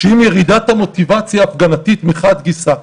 שעם ירידת המוטיבציה ההפגנתית מחד גיסא,